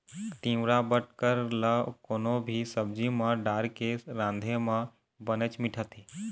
तिंवरा बटकर ल कोनो भी सब्जी म डारके राँधे म बनेच मिठाथे